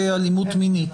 אלימות מינית.